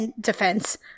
defense